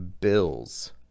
Bills